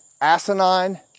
asinine